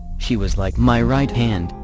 she was like my right hand,